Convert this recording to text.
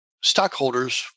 stockholders